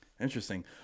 Interesting